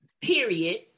period